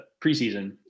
preseason